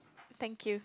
thank you